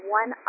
one